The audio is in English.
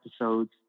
episodes